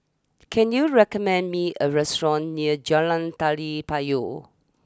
can you recommend me a restaurant near Jalan Tari Payong